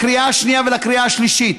לקריאה השנייה ולקריאה השלישית.